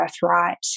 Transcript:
birthright